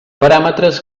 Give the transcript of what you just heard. paràmetres